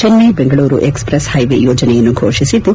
ಚೆಸ್ಟೆ ಚೆಂಗಳೂರು express highway ಯೊಜನೆಯನ್ನು ಫೋಷಿಸಿದ್ದು